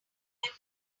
had